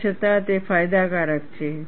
તેમ છતાં તે ફાયદાકારક છે